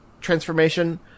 transformation